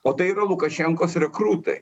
o tai yra lukašenkos rekrutai